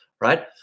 right